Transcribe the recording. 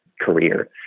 career